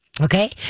okay